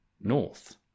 North